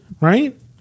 Right